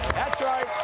that's right.